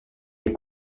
les